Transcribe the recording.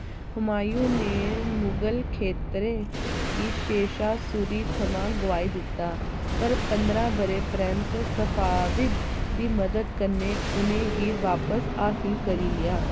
हुमायूं ने मुगल खेतरें गी शेर शाह सूरी थमां गोआई दित्ता पर पंदरां ब'रें परैंत्त सफ़ाविद दी मदद कन्नै उ'नें गी बापस हासल करी लेआ